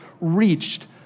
reached